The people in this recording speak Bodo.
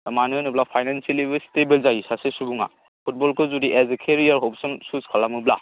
मानो होनोब्ला फाइनासियेलिबो स्टेबोल जायो सासे सुबुङा फुटबलखौ जुदि as a career option choose खालामोब्ला